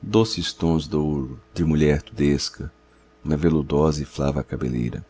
doces tons d'ouro de mulher tudesca na veludosa e flava cabeleira